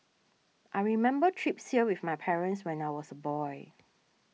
I remember trips here with my parents when I was a boy